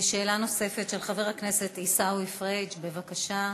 שאלה נוספת של חבר הכנסת עיסאווי פריג' בבקשה.